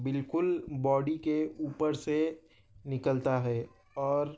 بالکل باڈی کے اوپر سے نکلتا ہے اور